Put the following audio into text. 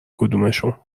کدومشون